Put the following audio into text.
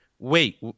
Wait